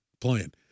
playing